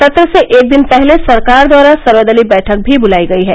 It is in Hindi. सत्र से एक दिन पहले सरकार द्वारा सर्वदलीय बैठक भी बुलाई गई है